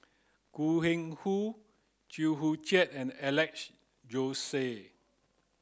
Koh Eng Hoon Chew Joo Chiat and Alex Josey